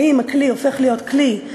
האם הכלי הופך להיות כלי,